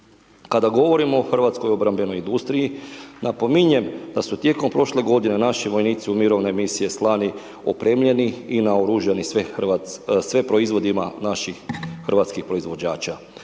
Kada govorimo hrvatskoj obrambenoj industriji, napominjem da su tijekom prošle godine naši vojnici u mirovine misije slani opremljeni i naoružani sve proizvodima naših hrvatskih proizvođača.